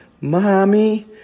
mommy